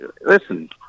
Listen